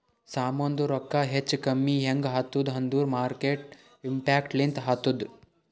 ಸಾಮಾಂದು ರೊಕ್ಕಾ ಹೆಚ್ಚಾ ಕಮ್ಮಿ ಹ್ಯಾಂಗ್ ಆತ್ತುದ್ ಅಂದೂರ್ ಮಾರ್ಕೆಟ್ ಇಂಪ್ಯಾಕ್ಟ್ ಲಿಂದೆ ಆತ್ತುದ